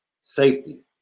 safety